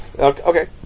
Okay